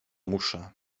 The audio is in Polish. muszę